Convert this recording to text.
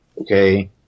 Okay